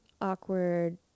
awkward